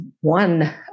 one